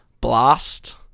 blast